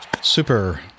Super